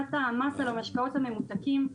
חקיקת המס על המשקאות הממותקים.